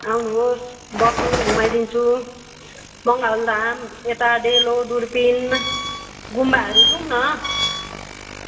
आउनुहोस् बसौँ घुमाइ दिन्छु मङ्गालधाम यता डेलो दुर्बिन गुम्बाहरू जाउँ न